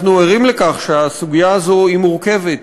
אנחנו ערים לכך שהסוגיה הזאת היא מורכבת,